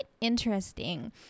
interesting